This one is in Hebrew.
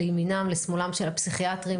לימינם ולשמאלם של הפסיכיאטרים,